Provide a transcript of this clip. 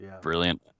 Brilliant